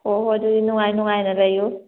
ꯍꯣꯏ ꯍꯣꯏ ꯑꯗꯨꯗꯤ ꯅꯨꯉꯥꯏ ꯅꯨꯉꯥꯏꯅ ꯂꯩꯌꯨ